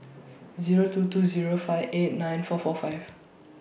Zero two two Zero five eight nine four four five